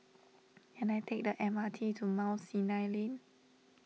can I take the M R T to Mount Sinai Lane